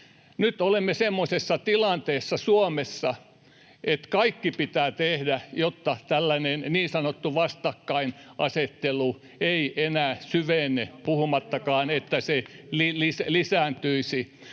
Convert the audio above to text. Nyt olemme semmoisessa tilanteessa Suomessa, että kaikki pitää tehdä, jotta tällainen niin sanottu vastakkainasettelu ei enää syvene [Mika Niikon välihuuto] puhumattakaan, että se lisääntyisi.